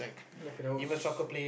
like those